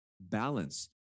balance